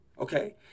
Okay